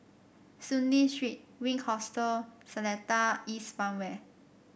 Soon Lee Street Wink Hostel Seletar East Farmway